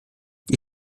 die